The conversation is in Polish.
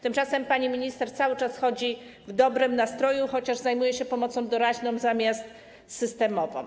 Tymczasem pani minister cały czas jest w dobrym nastroju, chociaż zajmuje się pomocą doraźną zamiast systemową.